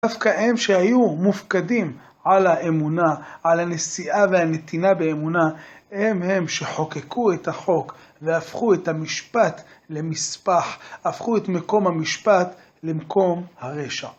דווקא הם שהיו מופקדים על האמונה, על הנשיאה והנתינה באמונה, הם הם שחוקקו את החוק והפכו את המשפט למספח, הפכו את מקום המשפט למקום הרשע.